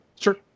Sure